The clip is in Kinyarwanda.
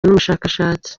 n’ubushakashatsi